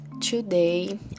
today